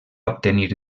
obtenir